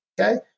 okay